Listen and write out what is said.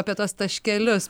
apie tuos taškelius